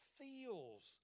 feels